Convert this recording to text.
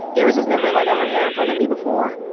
iris has never let down her hair in front of me before